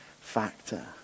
factor